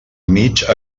mig